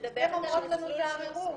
הן אומרות לנו "תערערו".